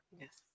yes